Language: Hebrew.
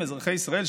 אזרחי ישראל,